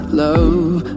love